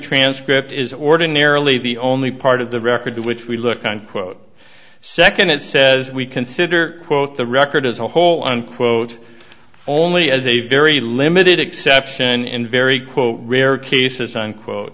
transcript is ordinarily the only part of the record to which we look unquote second it says we consider quote the record as a whole unquote only as a very limited exception in very quote rare cases unquote